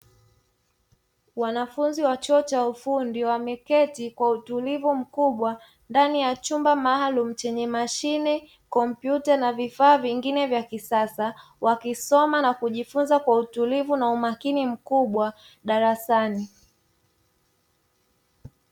Wanafunzi wa chuo cha ufundi wameketi kwa utulivu mkubwa ndani ya chumba maalumu, chenye mashine, kompyuta na vifaa vingine vya kisasa wakisoma na kujifunza kwa utulivu na umakini mkubwa darasani.